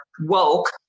woke